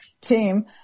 team